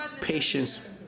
patience